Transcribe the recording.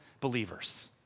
believers